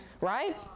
Right